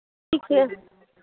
ठीक है